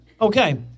Okay